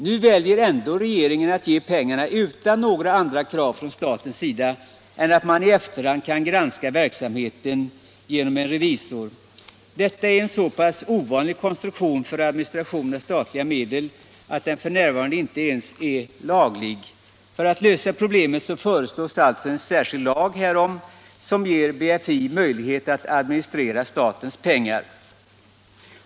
Nu väljer regeringen att ge pengarna utan några andra krav från statens sida än att man i efterhand kan granska verksamheten genom en revisor. Detta är en så pass ovanlig konstruktion för administration av statliga medel att den f.n. inte ens är laglig. För att lösa problemet föreslås alltså en särskild lag härom, som ger BFI möjlighet att administrera statens pengar.